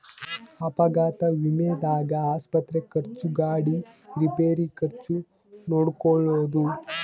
ಅಪಘಾತ ವಿಮೆದಾಗ ಆಸ್ಪತ್ರೆ ಖರ್ಚು ಗಾಡಿ ರಿಪೇರಿ ಖರ್ಚು ನೋಡ್ಕೊಳೊದು